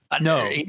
No